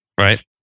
right